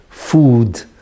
food